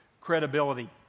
credibility